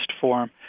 form